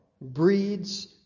breeds